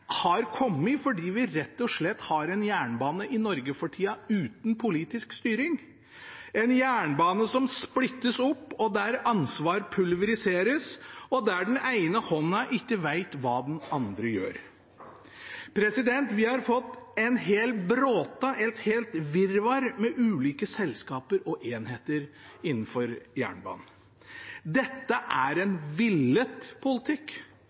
har kommet fordi vi rett og slett har en jernbane i Norge for tida uten politisk styring, en jernbane som splittes opp, der ansvaret pulveriseres, og der den ene hånda ikke vet hva den andre gjør. Vi har fått en hel bråte, et helt virvar, av ulike selskaper og enheter innenfor jernbanen. Dette er en villet politikk,